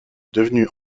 devenue